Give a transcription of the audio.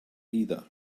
either